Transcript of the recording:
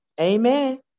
Amen